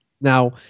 Now